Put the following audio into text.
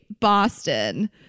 Boston